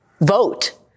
vote